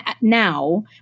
now